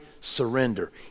surrender